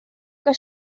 que